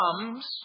comes